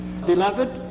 Beloved